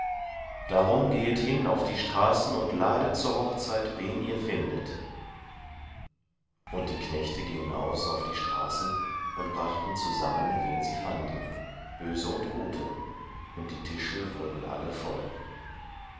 darum gehet hin auf die straßen und ladet zur hochzeit wen ihr findet und die knechte gingen aus auf die straßen und brachten zusammen wen sie fanden böse und gute und die tische wurden alle voll